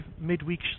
midweek